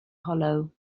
hollow